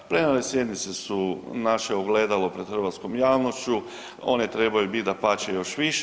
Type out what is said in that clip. Plenarne sjednice su naše ogledalo pred hrvatskom javnošću, one trebaju biti dapače još više.